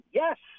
yes